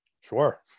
sure